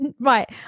Right